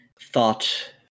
thought